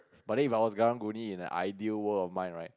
but if I was karang-guni in the ideal world of mine right